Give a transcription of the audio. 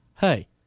hey